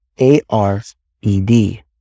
A-R-E-D